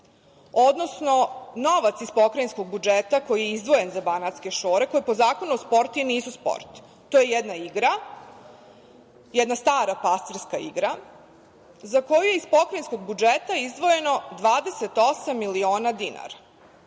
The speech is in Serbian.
odnosno novac iz pokrajinskog budžeta koji je izdvojen za banatske šore, koje po Zakonu o sportu i nisu sport. To je jedna igra, jedna stara pastirska igra, za koju je iz pokrajinskog budžeta izdvojeno 28 miliona dinara.